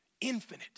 Infinite